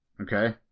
okay